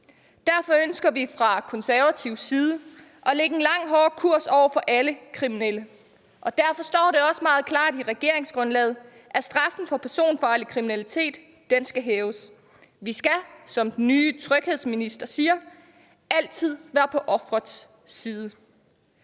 Derfor ønsker vi fra konservativ side at lægge en langt hårdere kurs over for alle kriminelle, og derfor står det også meget klart i regeringsgrundlaget, at straffen for personfarlig kriminalitet skal hæves. Vi skal, som den nye tryghedsminister siger, altid være på offerets side.